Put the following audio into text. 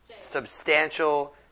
substantial